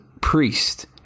priest